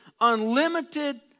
unlimited